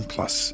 Plus